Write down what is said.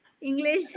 English